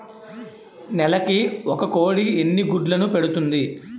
నెలకి ఒక కోడి ఎన్ని గుడ్లను పెడుతుంది?